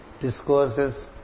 discourses